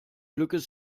glückes